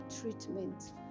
treatment